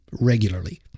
regularly